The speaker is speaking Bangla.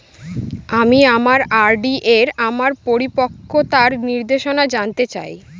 আমি আমার আর.ডি এর আমার পরিপক্কতার নির্দেশনা জানতে চাই